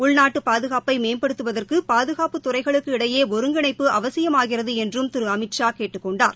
உள்நாட்டு பாதுகாப்பை மேம்படுத்துவதற்கு பாதுகாப்புத்துறைகளுக்கு இடையே ஒருங்கிணைப்பு அவசியமாகிறது என்றும் திரு அமித்ஷா கேட்டுக் கொண்டார்